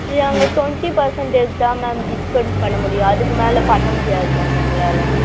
இது நாங்கள் twenty percentage தான் மேம் டிஸ்கவுண்ட் பண்ண முடியும் அதுக்கு மேலே பண்ண முடியாது மேம் எங்களால்